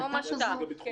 כמו משת"פ.